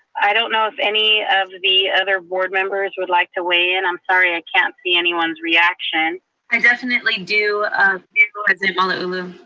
i don't know if any of the other board members would like to weigh in. i'm sorry i can't see anyone's reaction. i definitely do president malauulu,